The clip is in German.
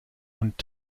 und